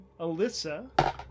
Alyssa